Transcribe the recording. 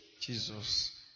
Jesus